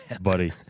Buddy